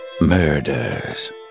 murders